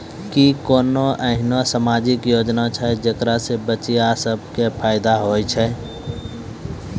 कि कोनो एहनो समाजिक योजना छै जेकरा से बचिया सभ के फायदा होय छै?